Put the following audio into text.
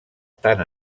tant